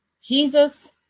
Jesus